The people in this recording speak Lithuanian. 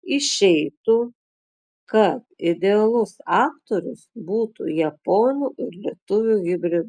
išeitų kad idealus aktorius būtų japono ir lietuvio hibridas